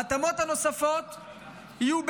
ההתאמות הנוספות יהיו,